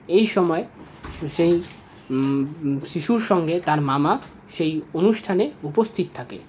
এই সময় সেই শিশুর সঙ্গে তার মামা সেই অনুষ্ঠানে উপস্থিত থাকে